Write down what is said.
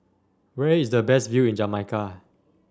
where is the best view in Jamaica